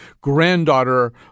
granddaughter